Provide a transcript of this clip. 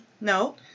No